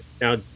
Now